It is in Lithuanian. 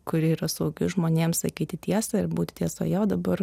kuri yra saugi žmonėms sakyti tiesą ir būti tiesoje o dabar